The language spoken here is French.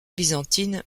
byzantine